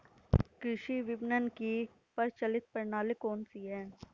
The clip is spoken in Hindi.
कृषि विपणन की प्रचलित प्रणाली कौन सी है?